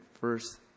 first